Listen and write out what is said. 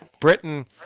Britain